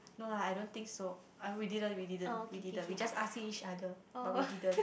no lah I don't think so I we didn't we didn't we didn't we just ask each other but we didn't